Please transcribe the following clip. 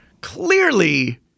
clearly